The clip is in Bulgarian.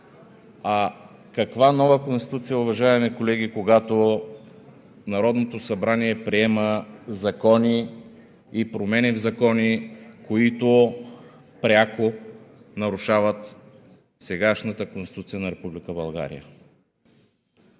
а каква нова Конституция, уважаеми колеги, когато Народното събрание приема закони и промени в закони, които пряко нарушават сегашната Конституция на